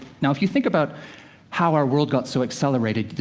now, if you think about how our world got so accelerated,